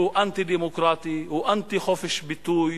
שהוא אנטי-דמוקרטי, הוא אנטי חופש ביטוי,